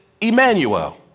Emmanuel